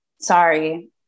Sorry